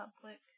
public